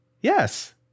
Yes